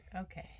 okay